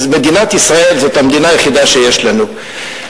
מדינת ישראל זאת המדינה היחידה שיש לנו,